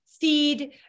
feed